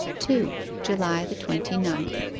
two. july the twenty-ninth